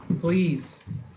please